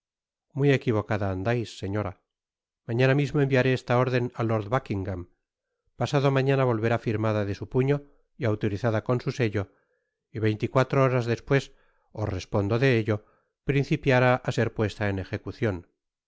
muy equivocada andais señora mañana mismo enviaré esta órden á lord buckingam pasado mañana volverá firmada de su puño y autorizada con su sello y veinte y cuatro horas despues os respondo de ello principiará á ser puesta en ejecucion